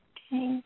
Okay